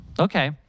Okay